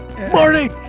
Morning